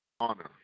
Honor